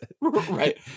right